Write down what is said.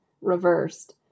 reversed